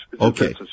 Okay